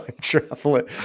traveling